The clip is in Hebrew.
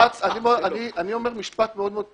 --- אני לא מצליחה להבין את הזגזוג של משרד התקשורת